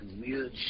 weird